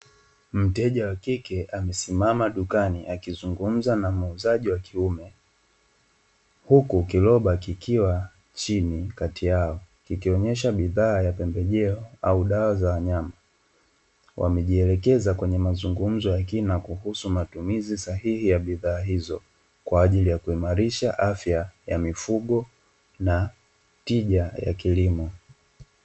Mteja wa kike amesimama dukani akizungumza na muuzaji wa kiume, huku kiroba kikiwa chini kati yao kikionyesha bidhaa za pembejeo au dawa za wanyama wakijielekeza kwenye mazungumzo ya kina kuhusu matumizi sahihi za bidhaa hizo kwa ajili ya kuimarisha afya ya mifugo na tija ya kilimo.